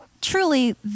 truly